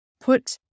put